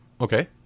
okay